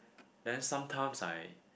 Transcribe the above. then sometimes I